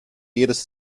jedes